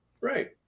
Right